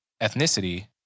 ethnicity